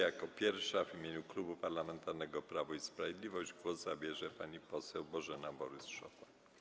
Jako pierwsza w imieniu Klubu Parlamentarnego Prawo i Sprawiedliwość głos zabierze pani poseł Bożena Borys-Szopa.